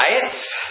diets